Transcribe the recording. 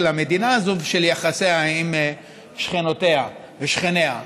המדינה הזאת וליחסיה עם שכנותיה ושכניה.